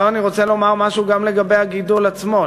עכשיו אני רוצה לומר משהו גם לגבי הגידול עצמו,